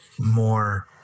more